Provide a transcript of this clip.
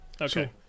Okay